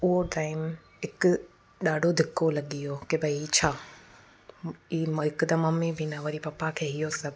उहो टाइम हिकु ॾाढो धिको लॻी वियो की भई ई छा ई हिकु त मम्मी बि न वरी पप्पा खे इहो सभु